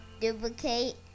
duplicate